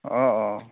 অঁ অঁ